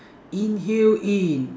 inhale in